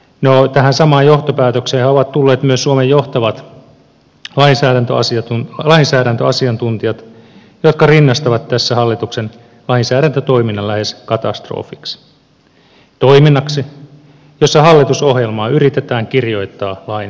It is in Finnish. no tähän samaan johtopäätökseenhän ovat tulleet myös suomen johtavat lainsäädäntöasiantuntijat jotka rinnastavat tässä hallituksen lainsäädäntötoiminnan lähes katastrofiksi toiminnaksi jossa hallitusohjelmaa yritetään kirjoittaa lain muotoon